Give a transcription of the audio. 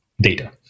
data